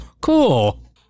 Cool